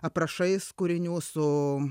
aprašais kūrinių su